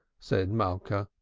said malka,